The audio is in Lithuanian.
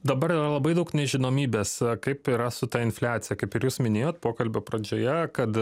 dabar yra labai daug nežinomybės kaip yra su ta infliacija kaip ir jūs minėjot pokalbio pradžioje kad